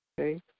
Okay